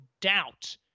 doubt